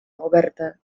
oberta